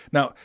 Now